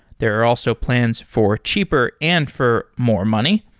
there are also plans for cheaper and for more money.